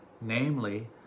Namely